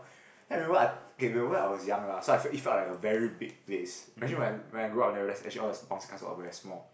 I remember I okay remember I was young lah so I feel it felt like like a very big place actually when I when I grow up then actually all the bounce castles are very small